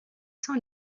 sans